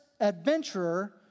adventurer